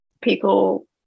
People